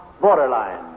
Borderline